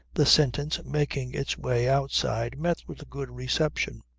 the sentence making its way outside met with a good reception.